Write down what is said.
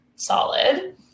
solid